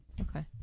Okay